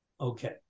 Okay